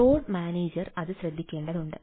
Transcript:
load manager അത് ശ്രദ്ധിക്കേണ്ടതുണ്ട്